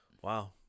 Wow